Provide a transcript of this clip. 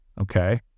okay